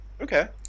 Okay